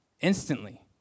instantly